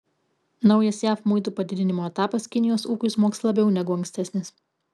naujas jav muitų padidinimo etapas kinijos ūkiui smogs labiau negu ankstesnis